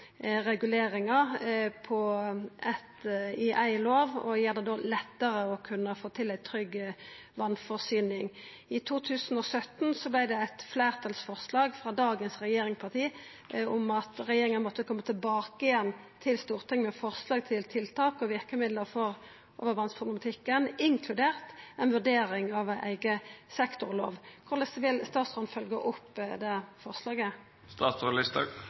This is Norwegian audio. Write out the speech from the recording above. reguleringar i ei lov, som vil gjera det lettare å få til ei trygg vassforsyning. I 2017 vart det fleirtal for eit forslag frå dagens regjeringsparti om at regjeringa måtte koma tilbake til Stortinget med forslag til tiltak og verkemiddel for overvassproblematikken, inkludert ei vurdering av ei eiga sektorlov. Korleis vil statsråden følgja opp det